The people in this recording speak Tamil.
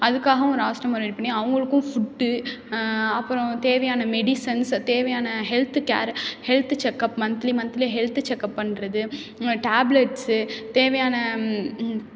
அதுக்காக ஒரு ஆஸிரமம் ரெடி பண்ணி அவங்களுக்கும் ஃபுட்டு அப்புறம் தேவையான மெடிசன்ஸ் தேவையான health care health checkup monthly monthly health checkup பண்ணுறது டேப்லெட்ஸு தேவையான